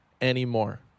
anymore